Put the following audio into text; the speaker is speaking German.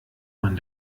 man